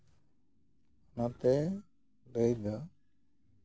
ᱚᱱᱟᱛᱮ ᱞᱟᱹᱭ ᱫᱚ